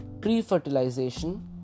pre-fertilization